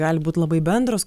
gali būt labai bendros